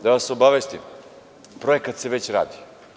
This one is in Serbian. Da vas obavestim, projekat se već radi.